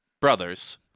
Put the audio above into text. brothers